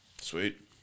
Sweet